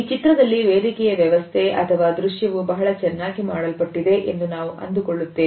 ಈ ಚಿತ್ರದಲ್ಲಿ ವೇದಿಕೆಯ ವ್ಯವಸ್ಥೆ ಅಥವಾ ದೃಶ್ಯವು ಬಹಳ ಚೆನ್ನಾಗಿ ಮಾಡಲ್ಪಟ್ಟಿದೆ ಎಂದು ನಾವು ಅಂದುಕೊಳ್ಳುತ್ತೇವೆ